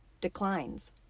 declines